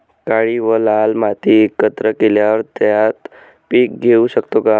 काळी व लाल माती एकत्र केल्यावर त्यात पीक घेऊ शकतो का?